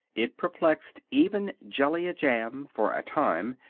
it perplexed even jellia jamb, for a time,